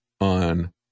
on